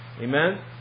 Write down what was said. Amen